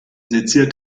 seziert